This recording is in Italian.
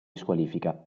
squalifica